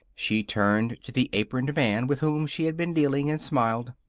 she turned to the aproned man with whom she had been dealing and smiled.